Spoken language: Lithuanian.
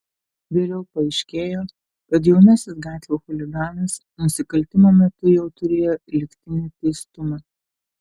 vėliau paaiškėjo kad jaunasis gatvių chuliganas nusikaltimo metu jau turėjo lygtinį teistumą